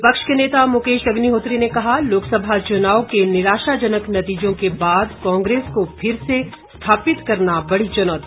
विपक्ष के नेता मुकेश अग्निहोत्री ने कहा लोकसभा चुनाव के निराशाजनक नतीजों के बाद कांग्रेस को फिर से स्थापित करना बड़ी चुनौती